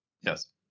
Yes